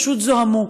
פשוט זוהמו.